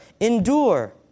endure